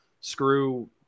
screw